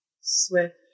Swift